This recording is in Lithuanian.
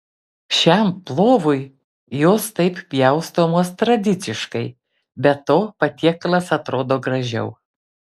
šiam plovui jos taip pjaustomos tradiciškai be to patiekalas atrodo gražiau